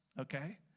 Okay